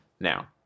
Now